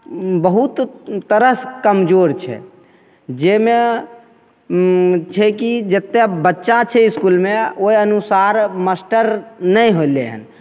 बहुत तरहसे कमजोर छै जाहिमे छै कि जतेक बच्चा छै इसकुलमे ओहि अनुसार मास्टर नहि होलै हँ